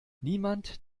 niemand